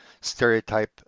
stereotype